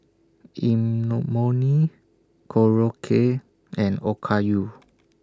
Korokke and Okayu